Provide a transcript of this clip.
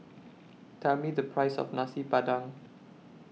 Tell Me The Price of Nasi Padang